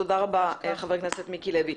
תודה רבה, חבר הכנסת מיקי לוי.